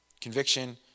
Conviction